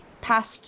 past